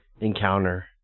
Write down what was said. encounter